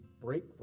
break